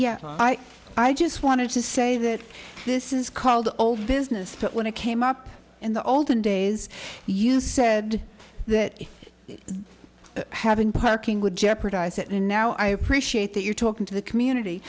yeah i just wanted to say that this is called old business but when it came up in the olden days you said that having parking would jeopardize it and now i appreciate that you're talking to the community